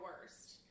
worst